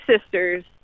sisters